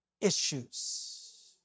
issues